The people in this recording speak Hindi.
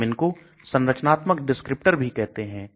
हम इनको संरचनात्मक डिस्क्रिप्टर भी कहते हैं